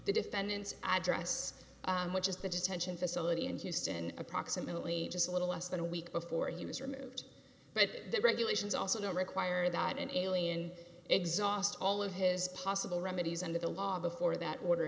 the defendant's address which is the detention facility in houston approximately just a little less than a week before he was removed but the regulations also require that an alien exhaust all of his possible remedies under the law before that order